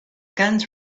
guns